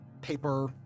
paper